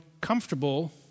comfortable